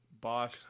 Bosch